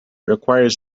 requires